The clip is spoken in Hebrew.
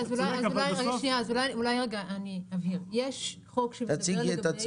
אז אולי רגע אני אבהיר, יש חוק שמדבר לגבי.